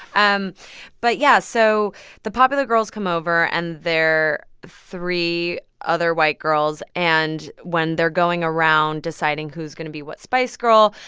um but yeah. so the popular girls come over, and they're three other white girls. and when they're going around deciding who's going to be what spice girl,